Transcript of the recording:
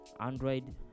Android